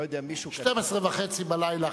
לא יודע, מישהו, שתים-עשרה וחצי בלילה.